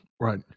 right